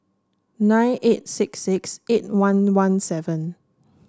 nine eight six six eight one one seven